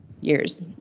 years